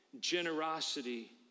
generosity